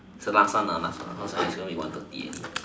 so last one last one cause is going to be one thirty already